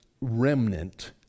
remnant